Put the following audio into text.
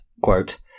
quote